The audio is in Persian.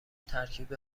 ترکیب